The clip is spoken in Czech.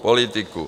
Politiku.